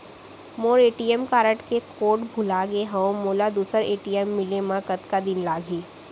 मोर ATM card के code भुला गे हव, मोला दूसर ए.टी.एम मिले म कतका दिन लागही?